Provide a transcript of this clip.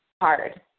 Hard